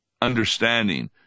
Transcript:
understanding